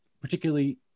particularly